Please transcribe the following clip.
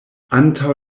antaŭ